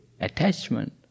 attachment